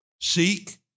seek